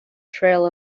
trail